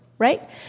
Right